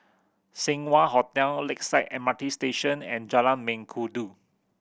Seng Wah Hotel Lakeside M R T Station and Jalan Mengkudu